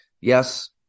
yes